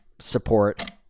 support